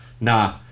nah